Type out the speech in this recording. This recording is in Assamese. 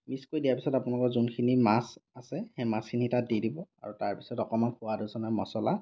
মিছ কৰি দিয়াৰ পিছত আপোনালোকৰ যোনখিনি মাছ আছে সেই মাছখিনি তাত দি দিব আৰু তাৰ পিছত অকণমান সোৱাদ মছলা